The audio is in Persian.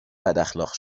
بداخلاق